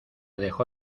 dejó